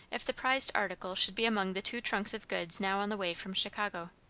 if the prized article should be among the two trunks of goods now on the way from chicago.